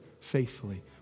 faithfully